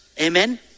Amen